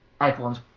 everyone's